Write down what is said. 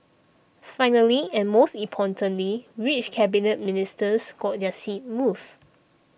finally and most importantly which Cabinet Ministers got their seats moved